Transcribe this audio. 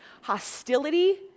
hostility